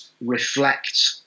reflect